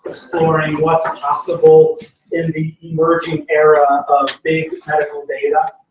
exploring what's possible in the emerging era of big medical data.